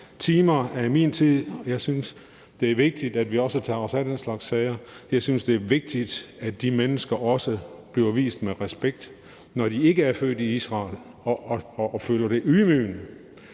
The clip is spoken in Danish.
timer af min tid. Jeg synes, det er vigtigt, at vi også tager os af den slags sager. Jeg synes, det er vigtigt, at de mennesker også bliver vist respekt, når de ikke er født i Israel. De føler det ydmygende.